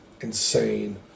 insane